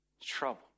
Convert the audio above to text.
trouble